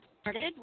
started